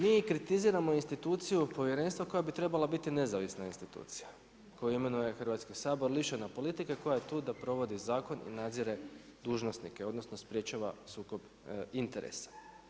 Mi kritiziramo instituciju povjerenstva koja bi trebala biti nezavisna institucija koju imenuje Hrvatski sabor lišena politike koja je tu da provodi zakon i nadzire dužnosnike odnosno sprječava sukob interesa.